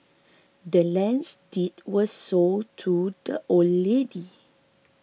the land's deed was sold to the old lady